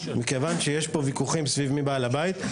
מכיוון שיש פה ויכוחים סביב מי בעל הבית,